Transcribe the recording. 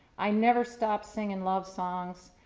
i never stopped singing love songs,